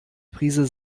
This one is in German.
prise